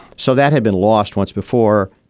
so that had been lost once before,